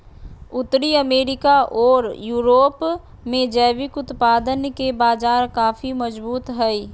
उत्तरी अमेरिका ओर यूरोप में जैविक उत्पादन के बाजार काफी मजबूत हइ